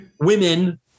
women